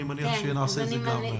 אני מניח שנעשה את זה גם.